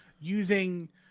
using